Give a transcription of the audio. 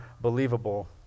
believable